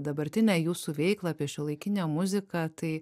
dabartinę jūsų veiklą apie šiuolaikinę muziką tai